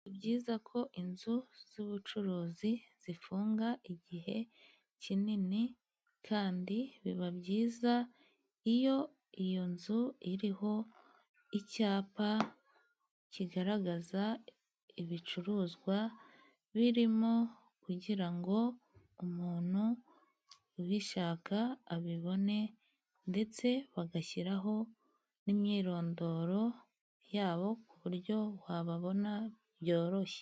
Si byiza ko inzu zubucuruzi zifunga igihe kinini, kandi biba byiza iyo iyo nzu iriho icyapa kigaragaza ibicuruzwa birimo. Kugira ngo umuntu ubishaka abibone ndetse bagashyiraho n'imyirondoro yabo ku buryo wababona byoroshye.